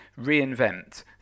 reinvent